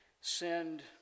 send